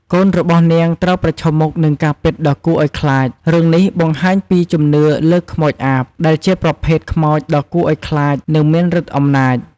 កូនរបស់នាងត្រូវប្រឈមមុខនឹងការពិតដ៏គួរឲ្យខ្លាច រឿងនេះបង្ហាញពីជំនឿលើខ្មោចអាប ដែលជាប្រភេទខ្មោចដ៏គួរឲ្យខ្លាច និងមានឫទ្ធិអំណាច។